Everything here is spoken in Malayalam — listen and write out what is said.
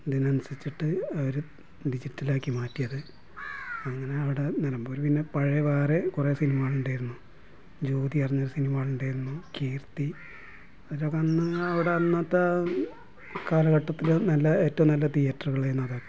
അതിനനുസരിച്ചിട്ട് അവർ ഡിജിറ്റൽ ആക്കി മാറ്റിയത് അങ്ങനെ അവിടെ നിലമ്പൂർ പിന്നെ പഴയ വേറെയും കുറേ സിനിമാ ഹാൾ ഉണ്ടായിരുന്നു ജ്യോതി പറഞ്ഞ സിനിമാ ഹാൾ ഉണ്ടായിരുന്നു കീര്ത്തി ഓരൊക്കെ അന്ന് അവിടെ അന്നത്തെ കാലഘട്ടത്തിലെ നല്ല ഏറ്റവും നല്ല തിയേറ്ററുകൾ ആയിരുന്നു അത്